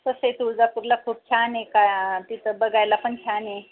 कसं आहे तुळजापूरला खूप छान आहे का तिथं बघायला पण छान आहे